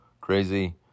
crazy